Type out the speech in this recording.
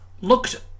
Looked